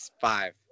five